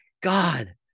God